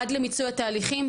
עד למיצוי התהליכים,